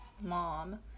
mom